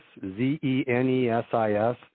Z-E-N-E-S-I-S